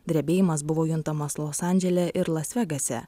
drebėjimas buvo juntamas los andžele ir las vegase